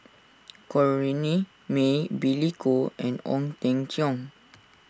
Corrinne May Billy Koh and Ong Teng Cheong